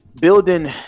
building